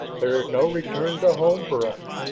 there is no return to home for us,